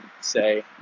say